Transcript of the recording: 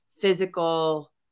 physical